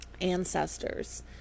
ancestors